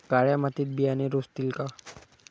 काळ्या मातीत बियाणे रुजतील का?